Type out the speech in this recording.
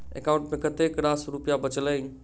account मे कतेक रास रुपया बचल एई